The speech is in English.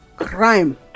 crime